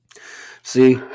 See